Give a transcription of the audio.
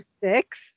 six